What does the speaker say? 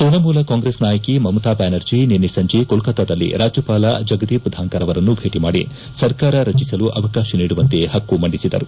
Trinamool Congress ನಾಯಕಿ ಮಮತಾ ಬ್ಯಾನರ್ಜಿ ನಿನ್ನೆ ಸಂಜೆ ಕೋಲ್ಕತಾದಲ್ಲಿ ರಾಜ್ಯಪಾಲ ಜಗದೀಪ್ ಧಾಂಕರ್ ಅವರನ್ನು ಭೇಟಿ ಮಾಡಿ ಸರ್ಕಾರ ರಚಿಸಲು ಅವಕಾಶ ನೀಡುವಂತೆ ಹಕ್ಕು ಮಂಡಿಸಿದರು